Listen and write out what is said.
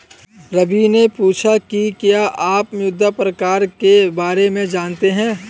रवि ने पूछा कि क्या आप मृदा प्रकार के बारे में जानते है?